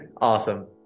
Awesome